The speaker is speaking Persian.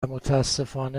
متاسفانه